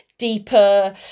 deeper